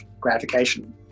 gratification